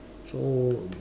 so